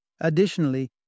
Additionally